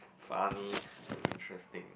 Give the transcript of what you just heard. funny and interesting